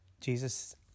Jesus